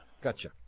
Gotcha